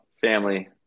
family